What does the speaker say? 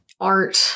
art